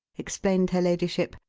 explained her ladyship,